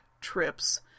trips